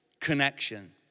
connection